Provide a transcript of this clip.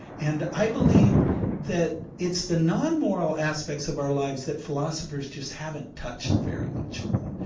and i believe that it's the non-moral aspects of our lives that philosophers just haven't touched very much on.